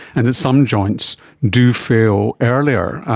and that some joints do fail earlier.